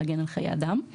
להגן על חיי אדם.